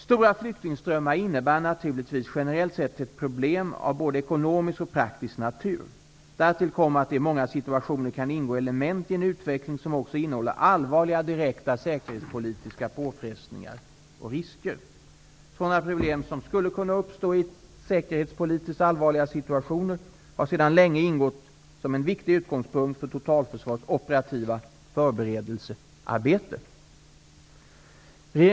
Stora flyktingströmmar innebär naturligtvis generellt sett problem av både ekonomisk och praktisk natur. Därtill kommer att dessa flyktingströmmar i många situationer kan ingå som element i en utveckling som också innehåller allvarliga direkta säkerhetspolitiska påfrestningar och risker. Sådana problem som skulle kunna uppstå i säkerhetspolitiskt allvarliga situationer har sedan länge ingått som en viktig utgångspunkt för totalförsvarets operativa förberedelsearbete.